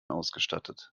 ausgestattet